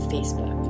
Facebook